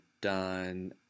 done